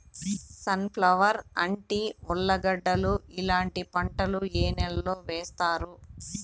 Sun ఫ్లవర్, అంటి, ఉర్లగడ్డలు ఇలాంటి పంటలు ఏ నెలలో వేస్తారు?